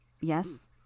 Yes